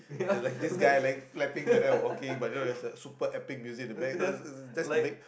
like this guy like slapping like that of walking but don't know there's a super epic music at the back you know it's just to make